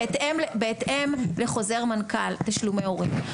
בהתאם לחוזר מנכ"ל תשלומי הורים,